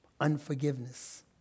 unforgiveness